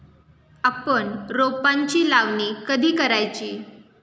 आपण रोपांची लावणी कधी करायची?